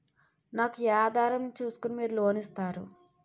నాకు ఏ ఆధారం ను చూస్కుని మీరు లోన్ ఇస్తారు?